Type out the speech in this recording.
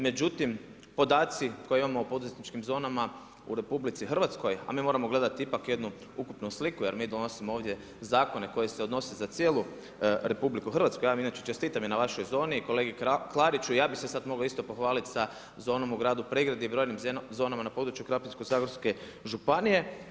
Međutim, podaci koje imamo u poduzetničkim zonama u RH, a mi moramo gledati ipak jednu ukupnu sliku jer mi donosimo ovdje zakone koji se odnose za cijelu RH, ja vam inače čestitam i na vašoj zoni, kolegi Klariću, ja bi se sad isto mogao pohvaliti sa zonom u gradu Pregradi, brojim zonama na području Krapinsko-zagorske županije.